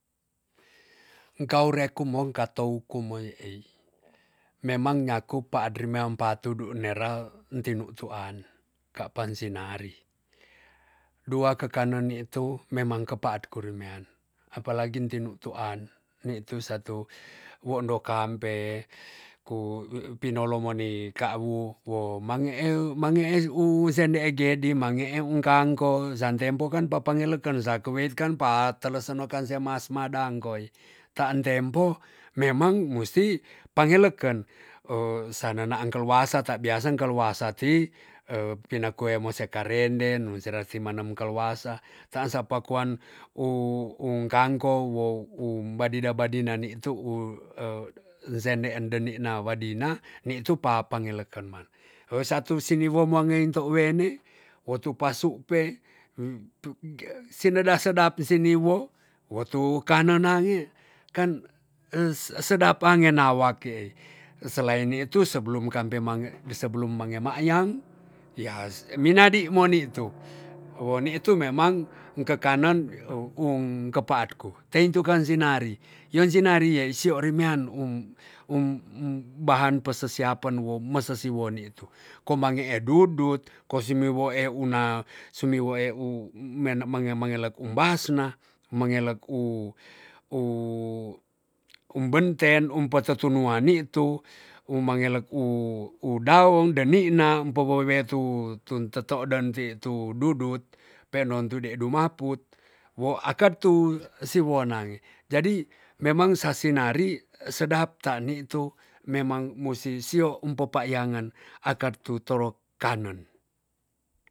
Enkau rek kumom katou kume ei. memang nyaku pa adri meam pa tudu nera n tinutuan ka pa sinari. dua kekanen ni tu memang kepaat kurumen. apalagi tinutuan nitu satu woendo kampe ku pinolomoni kaawu wo mange e- mange e u sende gedi mange u kangko, san tempo kan papangeleken sa kuweit kan pa telesen mekan mas madangkoi. tan tempo memang musti pangeleken sanenaan kaluasa ta biasen kaluasa ti, pina kue muse karenden muse manen kaluasa tan sapa kuan u- un kankong wow u badina badina nitu u sendeen denikna wadina ni tu papangelekan man. wo satu siniwon wangein tou wene wo tu pasu p sinedak sedap si newo wo tu kanen nange kan sedap pange nawak kei selain nitu sebelum kampe mange- sebelum mange makyang yas winadi moni tu woni tu memang en kekanen um kepaat ku. teintukan senari yon sinari yei sio remian um- um bahan pesisiapan wo mesesiwon nitu. koman ngee dudut kosi miwoe uno sumiwoe u mene- menge- mengelek umbasna, mengelek u- u umbenten um petutua nitu. um mangelek u- u daong denikna mpepe wetu tun teto dan ti tu dudut pe endon tu dei dumaput, wo akat tu siwon nange. jadi memang sa sinari sedap tan nitu memang musi sio empepakyangen akar tu toro kanen.